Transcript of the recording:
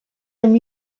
amb